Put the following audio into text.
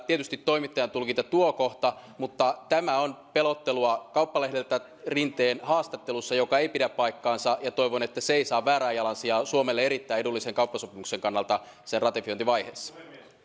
tietysti toimittajan tulkinta tuo kohta on kyllä kauppalehdeltä rinteen haastattelussa pelottelua joka ei pidä paikkaansa ja toivon että se ei saa väärää jalansijaa suomelle erittäin edullisen kauppasopimuksen kannalta sen ratifiointivaiheessa